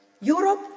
Europe